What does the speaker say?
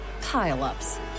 pile-ups